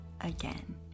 again